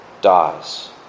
dies